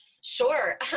Sure